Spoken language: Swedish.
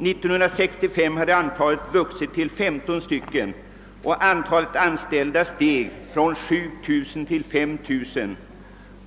1965 hade antalet vuxit till 15 stycken och antalet där anställda stigit från 700 till 2000.